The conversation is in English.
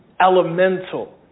elemental